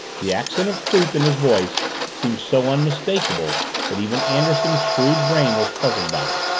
the accent of truth in his voice seemed so unmistakable that even anderson's shrewd brain was puzzled by it.